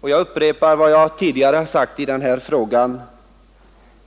Jag upprepar vad jag tidigare sagt i denna fråga: